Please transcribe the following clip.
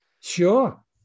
sure